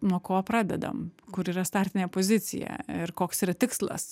nuo ko pradedam kur yra startinė pozicija ir koks yra tikslas